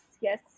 yes